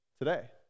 Today